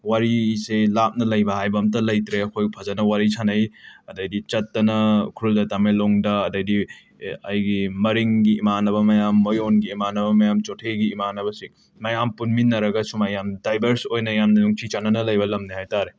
ꯋꯥꯔꯤꯁꯦ ꯂꯥꯞꯅ ꯂꯩꯕ ꯍꯥꯏꯕ ꯑꯝꯇ ꯂꯩꯇ꯭ꯔꯦ ꯑꯩꯈꯣꯏ ꯐꯖꯅ ꯋꯥꯔꯤ ꯁꯥꯟꯅꯩ ꯑꯗꯩꯗꯤ ꯆꯠꯇꯅ ꯎꯈ꯭ꯔꯨꯜꯗ ꯇꯃꯦꯡꯂꯣꯡꯗ ꯑꯗꯩꯗꯤ ꯑꯩꯒꯤ ꯃꯔꯤꯡꯒꯤ ꯏꯃꯥꯟꯅꯕ ꯃꯌꯥꯝ ꯃꯣꯌꯣꯟꯒꯤ ꯏꯃꯥꯟꯅꯕ ꯃꯌꯥꯝ ꯆꯣꯊꯦꯒꯤ ꯏꯃꯥꯟꯅꯕꯁꯤꯡ ꯃꯌꯥꯝ ꯄꯨꯟꯃꯤꯟꯅꯔꯒ ꯁꯨꯃꯥꯏ ꯗꯥꯏꯕꯔꯁ ꯑꯣꯏꯅ ꯌꯥꯝ ꯅꯨꯡꯁꯤ ꯆꯥꯟꯅꯅ ꯂꯩꯕ ꯂꯝꯅꯤ ꯍꯥꯏꯇꯥꯔꯦ